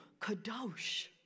kadosh